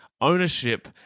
ownership